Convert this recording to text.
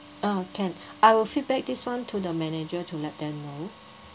oh can I will feedback this one to the manager to let the know